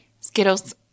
Skittles